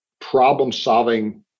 problem-solving